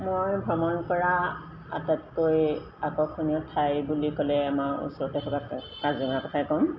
মই ভ্ৰমণ কৰা আটাইতকৈ আকৰ্ষণীয় ঠাই বুলি ক'লে আমাৰ ওচৰতে থকা কাজিৰঙাৰ কথাই ক'ম